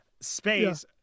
Space